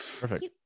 Perfect